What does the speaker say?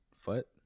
foot